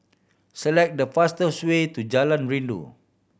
select the fastest way to Jalan Rindu